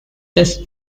this